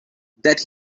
that